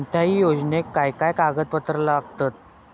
कोणत्याही योजनेक काय काय कागदपत्र लागतत?